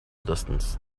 distance